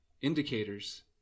indicators